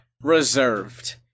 reserved